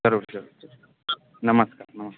जरुर जरुर जरुर नमस्कार नमस्कार